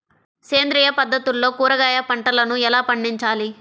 సేంద్రియ పద్ధతుల్లో కూరగాయ పంటలను ఎలా పండించాలి?